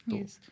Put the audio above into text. Yes